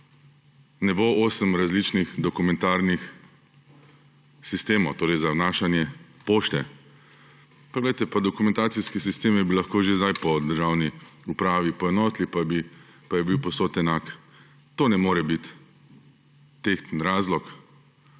ne bo osem različnih dokumentarnih sistemov za vnašanje pošte. Glejte, dokumentacijske sisteme bi lahko že zdaj po državni upravi poenotili, pa bi bil povsod enak. To ne more biti tehten razlog,